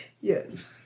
Yes